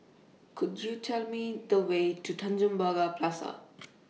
Could YOU Tell Me The Way to Tanjong Pagar Plaza